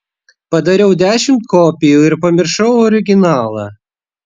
padariau dešimt kopijų ir pamiršau originalą